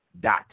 dot